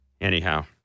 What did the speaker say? Anyhow